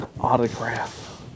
autograph